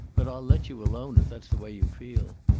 but i'll let you alone, if that's the way you feel.